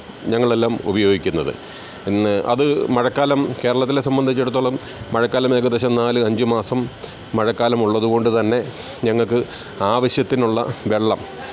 ഞങ്ങളെല്ലാം ഉപയോഗിക്കുന്നത് പിന്നെ അത് മഴക്കാലം കേരളത്തിലെ സംബന്ധിച്ചിടത്തോളം മഴക്കാലം ഏകദേശം നാല് അഞ്ച് മാസം മഴക്കാലം ഉള്ളതുകൊണ്ടുതന്നെ ഞങ്ങൾക്ക് ആവശ്യത്തിനുള്ള വെള്ളം